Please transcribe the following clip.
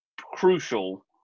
crucial